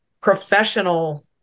professional